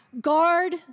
Guard